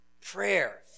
prayer